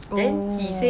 oh